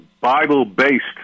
Bible-based